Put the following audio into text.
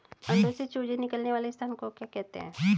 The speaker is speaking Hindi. अंडों से चूजे निकलने वाले स्थान को क्या कहते हैं?